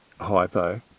hypo